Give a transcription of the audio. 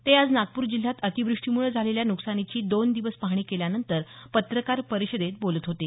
ते आज नागपूर जिल्ह्यात अतीव्रष्टीमुळे झालेल्या न्कसानीची दोन दिवस पाहणी केल्यानंतर पत्रकार परिषदेत बोलत होते